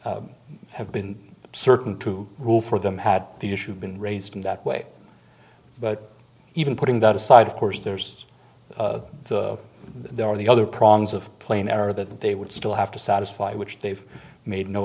would have been certain to rule for them had the issue been raised in that way but even putting that aside of course there's the there are the other problems of plain error that they would still have to satisfy which they've made no